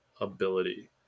ability